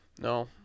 No